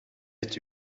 het